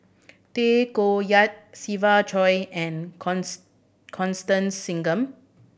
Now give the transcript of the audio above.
Tay Koh Yat Siva Choy and Constance Singam